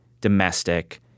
domestic